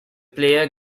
player